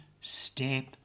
step